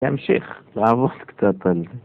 תמשיך לעבוד קצת על זה